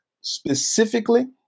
specifically